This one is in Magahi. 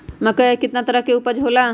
मक्का के कितना तरह के उपज हो ला?